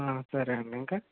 సరే అండి ఇంకా